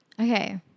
okay